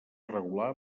irregular